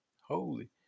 Holy